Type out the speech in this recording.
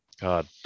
God